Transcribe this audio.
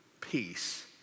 peace